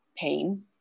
pain